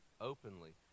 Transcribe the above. openly